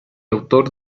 autor